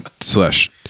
slash